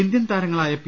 Indian താരങ്ങളായ P